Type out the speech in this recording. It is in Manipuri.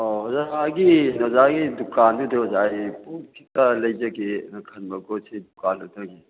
ꯑꯣ ꯑꯣꯖꯥꯒꯤ ꯑꯣꯖꯥꯒꯤ ꯗꯨꯀꯥꯟꯗꯨꯗ ꯑꯣꯖꯥ ꯑꯩ ꯄꯣꯠ ꯈꯤꯇ ꯂꯩꯖꯒꯦꯅ ꯈꯟꯕ ꯄꯣꯠꯁꯤ ꯗꯨꯀꯥꯟꯗꯨꯗꯒꯤ